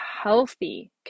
healthy